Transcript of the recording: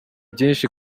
byinshi